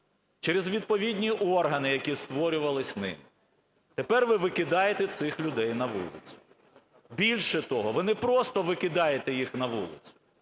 через відповідні органи, які створювались …Тепер ви викидаєте цих людей на вулицю. Більше того, ви не просто викидаєте їх на вулицю,